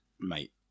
Mate